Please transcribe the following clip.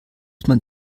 man